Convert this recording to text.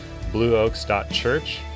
blueoaks.church